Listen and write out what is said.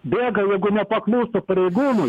bėga jeigu nepaklūsta pareigūnui